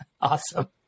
Awesome